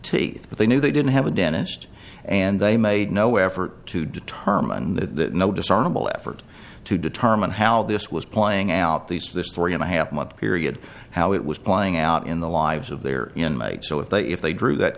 eat but they knew they didn't have a dentist and they made no effort to determine that no discernible effort to determine how this was playing out these this story and a half month period how it was playing out in the lives of their inmate so if they if they drew that